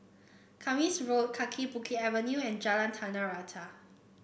Kismis Road Kaki Bukit Avenue and Jalan Tanah Rata